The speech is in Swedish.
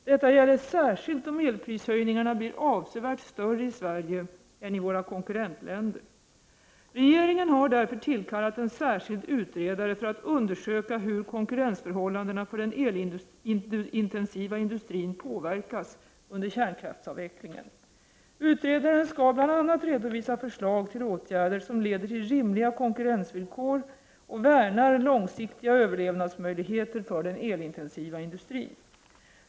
Detta gäller särskilt om elprishöjningarna blir avsevärt större i Sverige än i våra konkurrentländer. Regeringen har därför tillkallat en särskild utredare för att undersöka hur konkurrensförhållandena för den elintensiva industrin påverkas under kärnkraftsavvecklingen. Utredaren skall bl.a. redovisa förslag till åtgärder som leder till rimliga konkurrensvillkor och värnar långsiktiga överlevnadsmöjligheter för den elintensiva industrin.